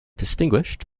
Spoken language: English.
distinguished